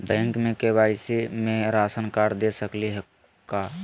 Bank में KYC में ration card दे सकली हई का?